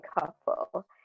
couple